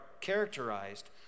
characterized